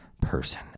Person